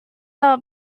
are